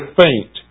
faint